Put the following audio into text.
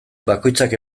bakoitzak